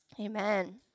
Amen